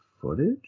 footage